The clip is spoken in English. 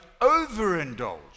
overindulge